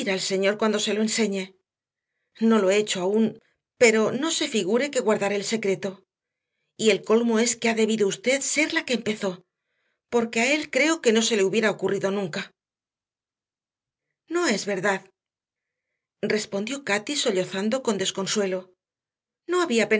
el señor cuando se lo enseñe no lo he hecho aún pero no se figure que guardaré el secreto y el colmo es que ha debido usted ser la que empezó porque a él creo que no se le hubiera ocurrido nunca no es verdad respondió cati sollozando con desconsuelo no había